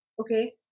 Okay